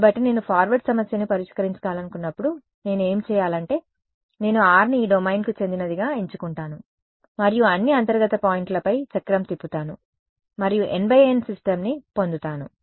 కాబట్టి నేను ఫార్వార్డ్ సమస్యను పరిష్కరించాలనుకున్నప్పుడు నేను ఏమి చేయాలి అంటే నేను r ని ఈ డొమైన్కు చెందినదిగా ఎంచుకుంటాను మరియు అన్ని అంతర్గత పాయింట్లపై చక్రం తిప్పుతాను మరియు N ×N సిస్టమ్ని పొందుతాను